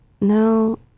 no